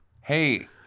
hey